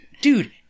dude